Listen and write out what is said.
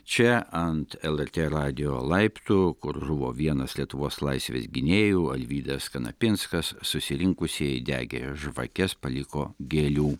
čia ant lrt radijo laiptų kur žuvo vienas lietuvos laisvės gynėjų alvydas kanapinskas susirinkusieji degė žvakes paliko gėlių